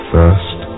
First